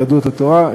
יהדות התורה,